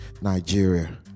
Nigeria